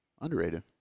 Underrated